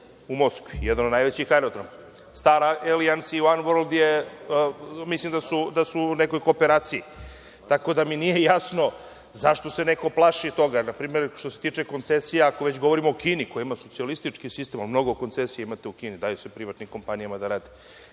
u Moskvi, jedan od najvećih aerodroma. „Star alliance“ i „One world“ mislim da su u nekoj kooperaciji, tako da mi nije jasno zašto se neko plaši toga. Što se tiče koncesija, ako već govorimo o Kini, koja ima socijalistički sistem, mnogo koncesija imate u Kini, daju se privatnim kompanijama da rade,